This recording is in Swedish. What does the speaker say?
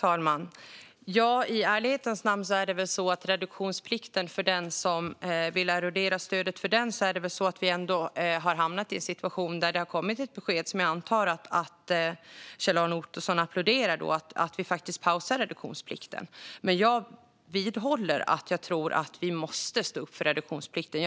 Herr talman! Vi har nu hamnat i en situation där det har kommit ett besked som jag antar att Kjell-Arne Ottosson och den som vill erodera stödet för reduktionsplikten applåderar, och det är att vi faktiskt pausar reduktionsplikten. Men jag vidhåller att jag tror att vi måste stå upp för reduktionsplikten.